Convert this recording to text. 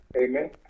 Amen